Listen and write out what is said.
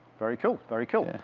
very cool, very cool.